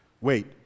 Wait